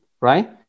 right